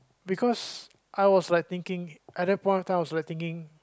because I was like thinking at the point of time I was thinking